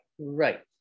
Right